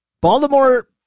Baltimore